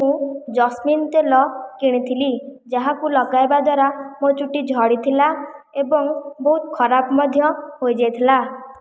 ମୁଁ ଜସ୍ମିନ୍ ତେଲ କିଣିଥିଲି ଯାହାକୁ ଲଗାଇବା ଦ୍ୱାରା ମୋ ଚୁଟି ଝଡ଼ିଥିଲା ଏବଂ ବହୁତ ଖରାପ ମଧ୍ୟ ହୋଇଯାଇଥିଲା